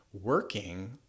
working